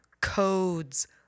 codes